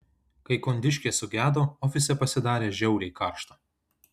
kai kondiškė sugedo ofise pasidarė žiauriai karšta